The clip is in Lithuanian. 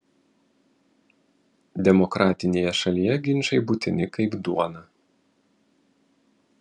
demokratinėje šalyje ginčai būtini kaip duona